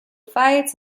fights